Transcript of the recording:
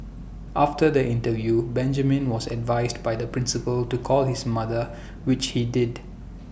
after the interview Benjamin was advised by the principal to call his mother which he did